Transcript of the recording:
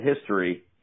history